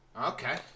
Okay